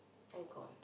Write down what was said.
all gone